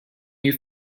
you